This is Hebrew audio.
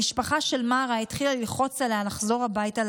המשפחה של מארה התחילה ללחוץ עליה לחזור הביתה,